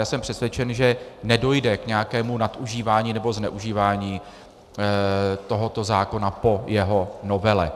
A já jsem přesvědčen, že nedojde k nějakému nadužívání nebo zneužívání tohoto zákona po jeho novele.